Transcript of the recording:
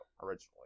originally